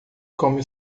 come